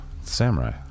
samurai